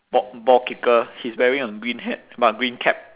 ball ball kicker he's wearing a green hat green cap